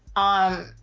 um,